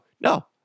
No